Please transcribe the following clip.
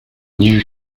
new